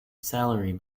salary